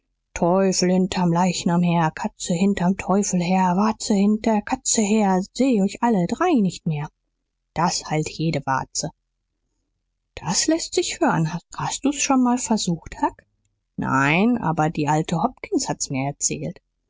teufel hinterm leichnam her katze hinterm teufel her warze hinter der katze her seh euch alle drei nicht mehr das heilt jede warze das läßt sich hören hast du's schon mal versucht huck nein aber die alte hopkins hat's mir erzählt